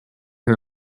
her